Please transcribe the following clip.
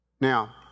Now